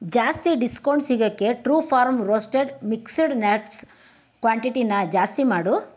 ಜಾಸ್ತಿ ಡಿಸ್ಕೌಂಟ್ ಸಿಗೋಕ್ಕೆ true farm roasted mixed nuts ಕ್ವಾಂಟಿಟಿನ ಜಾಸ್ತಿ ಮಾಡು